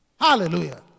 Hallelujah